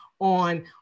on